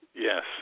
Yes